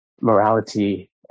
morality